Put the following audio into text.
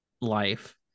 life